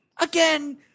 again